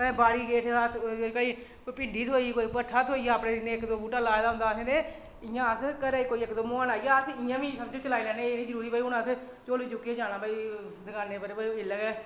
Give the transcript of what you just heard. ते बाड़ी गे उठी कोई भिंडी थ्होई कोई भट्ठा थ्होई गेआ ते इक दो बूह्टा लाए दा होंदा असें इ'यां कोई अस घरै गी कोई मेह्मान आई जा अस इ'यां बी चलाई लैन्ने कि हून अस ढोल्ली चुक्कियै जाना भई दकानै पर कि भई ओह् जेल्लै गै